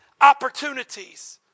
opportunities